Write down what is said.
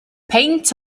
peint